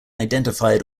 identified